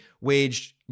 waged